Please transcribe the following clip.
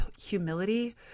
humility